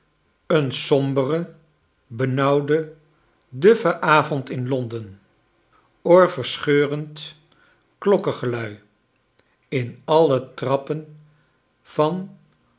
een sombere benauwde duffe avond in londen oorverscheurend klokkengelui in alle trappen van